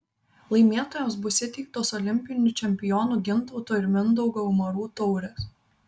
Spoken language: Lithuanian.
laimėtojams bus įteiktos olimpinių čempionų gintauto ir mindaugo umarų taurės